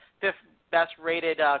fifth-best-rated